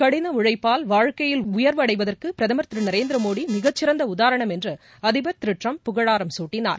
கடினஉழப்பால் வாழ்க்கையில் உயர்வு அடைவதற்குபிரதமர் திருநரேந்திரமோடிமிகச்சிறந்தஉதாரணம் என்றுஅதிபர் திருட்டிரம் புகழாராம் சூட்டினார்